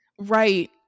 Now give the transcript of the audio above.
Right